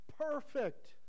perfect